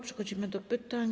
Przechodzimy do pytań.